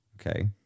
Okay